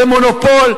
זה מונופול,